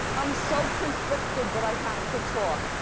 i'm so conflicted but i have to talk.